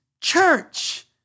church